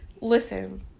Listen